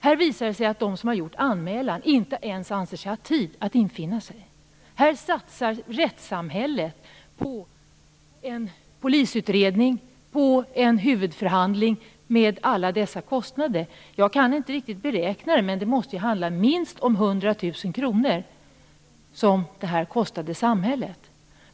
Här visade det sig att den som gjort anmälan inte ens ansåg sig ha tid att infinna sig. Här satsar rättssamhället på en polisutredning, en huvudförhandling med alla dessa kostnader. Jag kan inte riktigt beräkna det, men det måste handla om minst 100 000 kr som det kostade samhället.